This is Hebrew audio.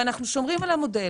אנחנו שומרים על המודל